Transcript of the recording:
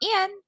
Ian